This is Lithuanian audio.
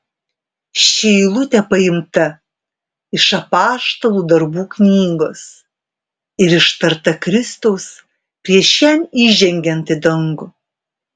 ši eilutė paimta iš apaštalų darbų knygos ir ištarta kristaus prieš jam įžengiant į dangų